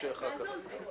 אחר כך.